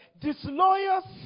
Disloyal